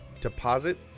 deposit